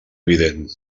evident